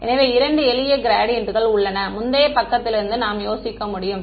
எனவே இரண்டு எளிய க்ராடியன்ட்கல் உள்ளன முந்தைய பக்கத்திலிருந்து நாம் யோசிக்க முடியும்